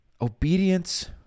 Obedience